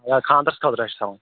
آ خانٛدرَس خٲطرٕ چھِ تھاوُن